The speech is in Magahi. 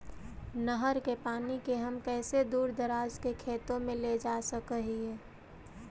नहर के पानी के हम कैसे दुर दराज के खेतों में ले जा सक हिय?